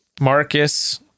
marcus